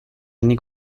nik